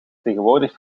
tegenwoordig